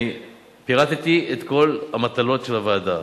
פירטתי את כל המטלות של הוועדה,